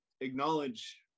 acknowledge